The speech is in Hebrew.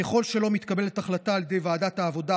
ככל שלא מתקבלת החלטה על ידי ועדת העבודה,